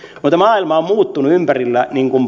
mutta maailma on muuttunut ympärillä